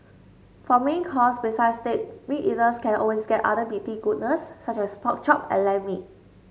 for main course besides steak meat eaters can always get other meaty goodness such as pork chop and lamb meat